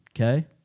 okay